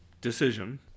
decision